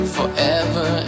Forever